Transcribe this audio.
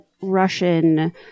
Russian